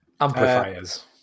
Amplifiers